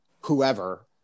whoever